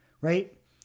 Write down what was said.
right